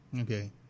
Okay